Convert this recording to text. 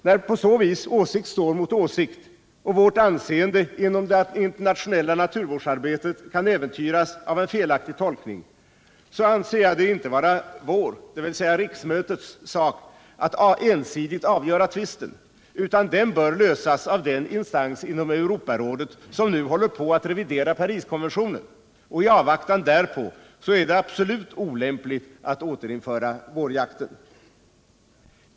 När på så vis åsikt står mot åsikt och vårt anseende inom det internationella naturvårdsarbetet kan äventyras av en felaktig tolkning, anser jag det inte vara vår, dvs. riksmötets, sak att ensidigt avgöra tvisten, utan den bör lösas av den instans inom Europarådet som nu håller på att revidera Pariskonventionen. I avvaktan därpå är det avgjort olämpligt att återinföra vårjakten.